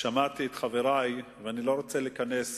שמעתי את חברי, ואני לא רוצה להיכנס